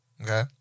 okay